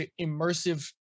immersive